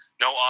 no